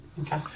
Okay